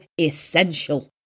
essential